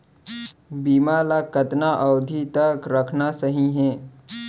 बीमा ल कतना अवधि तक रखना सही हे?